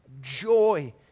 joy